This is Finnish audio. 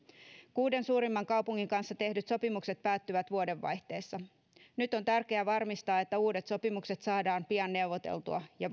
kuuden suurimman kaupungin kanssa tehdyt sopimukset päättyvät vuodenvaihteessa nyt on tärkeää varmistaa että uudet sopimukset saadaan pian neuvoteltua ja